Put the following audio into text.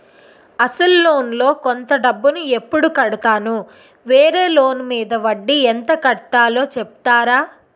అసలు లోన్ లో కొంత డబ్బు ను ఎప్పుడు కడతాను? వేరే లోన్ మీద వడ్డీ ఎంత కట్తలో చెప్తారా?